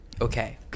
Okay